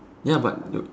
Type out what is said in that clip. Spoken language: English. ya but